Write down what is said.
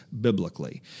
biblically